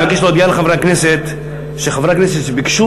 אני מבקש להודיע לחברי הכנסת שחברי הכנסת שביקשו